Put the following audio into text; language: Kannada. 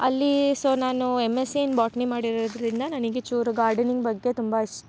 ಅಲ್ಲಿ ಸೋ ನಾನು M S C in botany ಮಾಡಿರೋದರಿಂದ ನನಗೆ ಚೂರು ಗಾರ್ಡನಿಂಗ್ ಬಗ್ಗೆ ತುಂಬ ಇಷ್ಟ